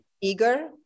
eager